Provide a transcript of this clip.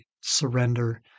surrender